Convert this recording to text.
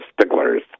sticklers